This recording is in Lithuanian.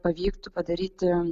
pavyktų padaryti